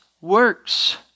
works